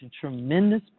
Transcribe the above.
tremendous